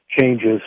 changes